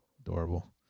adorable